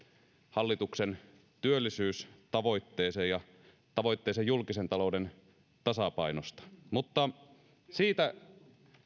hallituksen työllisyystavoitteeseen ja tavoitteeseen julkisen talouden tasapainosta mutta siitä